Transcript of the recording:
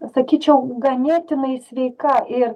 sakyčiau ganėtinai sveika ir